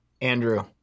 Andrew